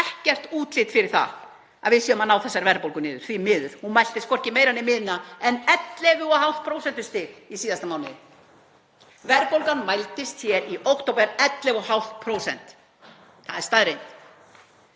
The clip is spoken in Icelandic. ekkert útlit fyrir að við séum að ná verðbólgu niður, því miður. Hún mældist hvorki meira né minna en 11,5% í síðasta mánuði. Verðbólgan mældist hér í október 11,5%. Það er staðreynd